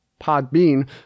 Podbean